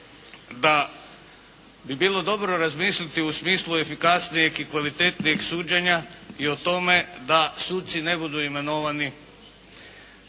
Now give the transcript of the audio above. da bi bilo dobro razmisliti u smislu efikasnijeg i kvalitetnijeg suđenja i o tome da suci ne budu imenovani